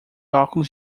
óculos